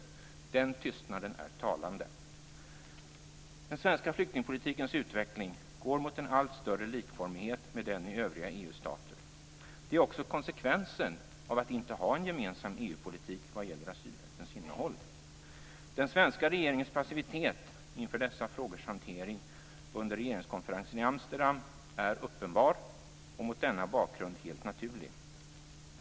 Den tystnaden är talande. Den svenska flyktingpolitikens utveckling går mot en allt större likformighet med den i övriga EU-stater. Det är också konsekvensen av att inte ha en gemensam EU-politik vad gäller asylrättens innehåll. Den svenska regeringens passivitet inför dessa frågors hantering under regeringskonferensen i Amsterdam är uppenbar - och mot denna bakgrund helt naturlig.